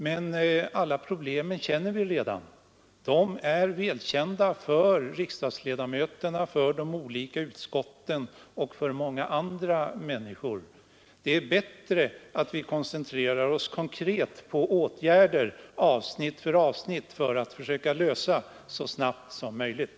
Men problemen är redan väl kända för riksdagsledamöterna, för utskotten och för många andra människor, och det är bättre att vi på avsnitt efter avsnitt koncentrerar oss på konkreta åtgärder för att försöka lösa dem så snabbt som möjligt.